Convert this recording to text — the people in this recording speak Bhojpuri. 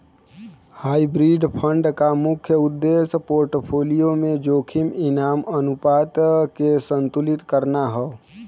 हाइब्रिड फंड क मुख्य उद्देश्य पोर्टफोलियो में जोखिम इनाम अनुपात के संतुलित करना हौ